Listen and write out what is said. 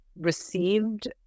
received